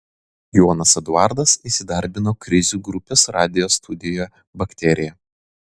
jonas eduardas įsidarbino krizių grupės radijo studijoje bakterija